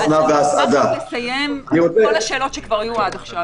גם על המונשמים,